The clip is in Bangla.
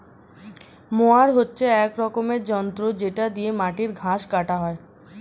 মোয়ার হচ্ছে এক রকমের যন্ত্র যেটা দিয়ে মাটির ঘাস কাটা হয়